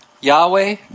Yahweh